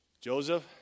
Joseph